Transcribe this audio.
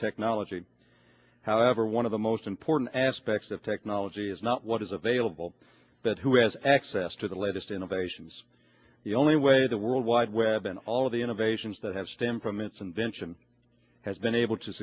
technology however one of the most important aspects of technology is not what is available that who has access to the latest innovations the only way the worldwide web and all of the innovations that have stemmed from its invention has been able to